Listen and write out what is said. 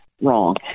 Wrong